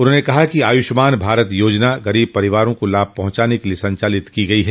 उन्होंने कहा कि आयुष्मान भारत योजना गरीब परिवारों को लाभ पहुंचाने के लिये संचालित की गई है